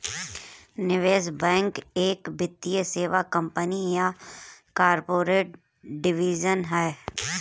निवेश बैंक एक वित्तीय सेवा कंपनी या कॉर्पोरेट डिवीजन है